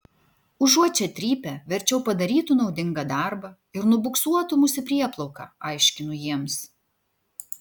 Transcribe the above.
užuot čia trypę verčiau padarytų naudingą darbą ir nubuksuotų mus į prieplauką aiškinu jiems